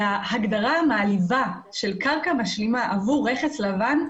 ההגדרה המעליבה של קרקע משלימה עבור רכס לבן,